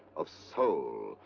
of soul,